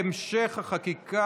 בעד,